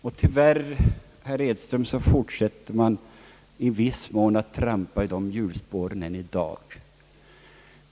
Och tyvärr, herr Edström, fortsätter man i viss mån att trampa i de hjulspåren än i dag.